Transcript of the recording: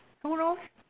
who knows